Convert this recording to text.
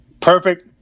perfect